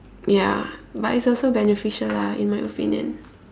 ya but it's also beneficial lah in my opinion